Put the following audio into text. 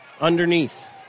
Underneath